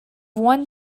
one